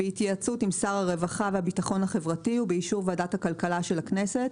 בהתייעצות עם שר הרווחה והביטחון החברתי ובאישור ועדת הכלכלה של הכנסת,